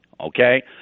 Okay